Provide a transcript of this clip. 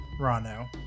Rano